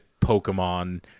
Pokemon